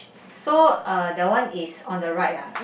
so uh that one is on the right ah